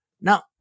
Now